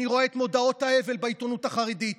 אני רואה את מודעות האבל בעיתונות החרדית,